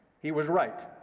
he was right.